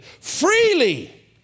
Freely